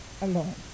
alone